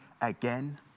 again